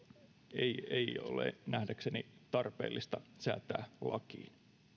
ei ei ole nähdäkseni tarpeellista säätää lakiin